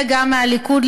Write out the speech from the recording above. וגם מהליכוד,